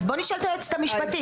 אז בוא נשאל את היועצת המשפטית,